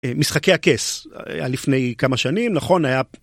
משחקי הכס לפני כמה שנים נכון היה.